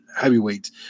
heavyweight